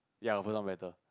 ya of course sounds better